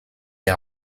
des